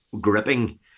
gripping